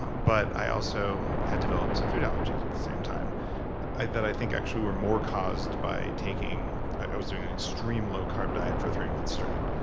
ah but i also had developed some food allergies at the same time that i think actually were more caused by taking. i was doing extreme low carb diet for three months straight,